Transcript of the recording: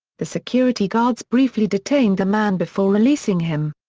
the security guards briefly detained the man before releasing him.